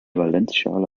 valenzschale